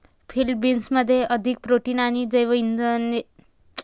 field बीन्समध्ये अधिक protein आणि जीवनसत्त्वे असतात